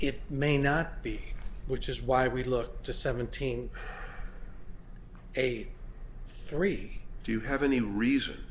it may not be which is why we look to seventeen eighty three do you have any reason